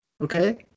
Okay